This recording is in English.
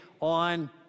on